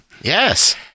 Yes